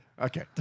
Okay